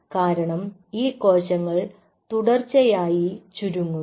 കാരണം ഈ കോശങ്ങൾ തുടർച്ചയായി ചുരുങ്ങുന്നു